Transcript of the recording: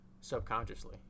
subconsciously